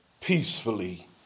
peacefully